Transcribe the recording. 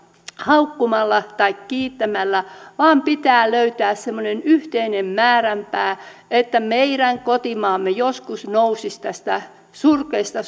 haukkumalla tai kiittämällä vaan pitää löytää semmoinen yhteinen määränpää että meidän kotimaamme joskus nousisi tästä surkeasta